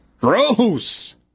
Gross